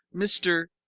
mr,